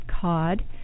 Cod